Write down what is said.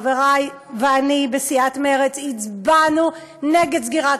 חברי ואני בסיעת מרצ הצבענו נגד סגירת